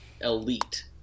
elite